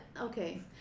okay